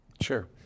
Sure